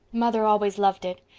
mother always loved it.